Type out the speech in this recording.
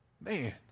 Man